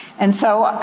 and so,